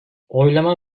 oylama